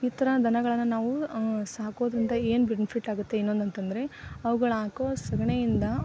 ಈ ಥರ ದನಗಳನ್ನ ನಾವು ಸಾಕೋದರಿಂದ ಏನು ಬೆನಿಫಿಟ್ ಆಗುತ್ತೆ ಇನ್ನೊಂದು ಅಂತಂದರೆ ಅವ್ಗಳು ಹಾಕೋ ಸಗಣಿಯಿಂದ